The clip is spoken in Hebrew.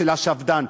של השפד"ן.